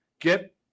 get